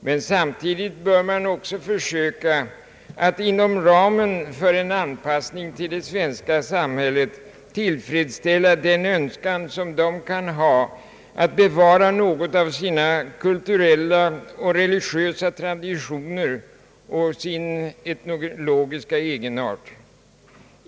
Men samtidigt bör man också försöka att inom ramen för en anpassning till det svenska samhället tillfredsställa de invandrades önskan att bevara något av sina kulturella och religiösa traditioner och sin etnologiska egenart.